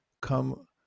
come